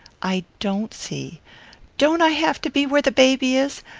i don't see don't i have to be where the baby is?